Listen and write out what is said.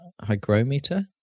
hygrometer